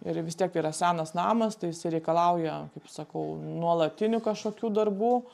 ir vis tiek yra senas namas tai jisai reikalauja kaip sakau nuolatinių kažkokių darbų